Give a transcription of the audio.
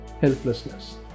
helplessness